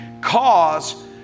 cause